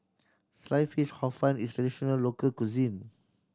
Sliced Fish Hor Fun is traditional local cuisine